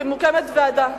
כי מוקמת ועדה,